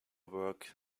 work